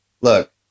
look